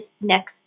next